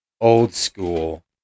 old-school